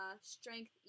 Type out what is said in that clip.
strength